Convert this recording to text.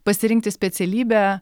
pasirinkti specialybę